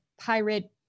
pirate